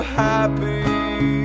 happy